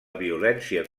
violència